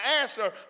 answer